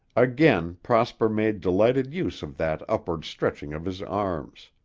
again prosper made delighted use of that upward stretching of his arms.